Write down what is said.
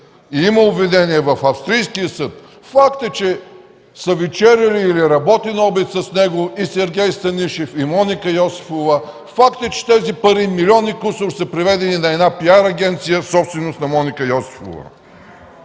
и има обвинение в австрийския съд; факт е, че са вечеряли или е работен обяд с него и Сергей Станишев, и Моника Йосифова; факт е, че тези пари – милион и кусур, са преведени на една PR агенция, собственост на Моника Йосифова.